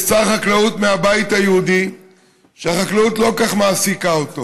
יש שר חקלאות מהבית היהודי שהחקלאות לא כל כך מעסיקה אותו,